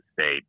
State